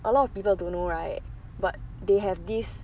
a lot of people don't know right but they have this